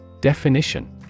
Definition